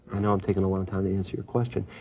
i know i'm taking a long time to answer your question.